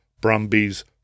Brumbies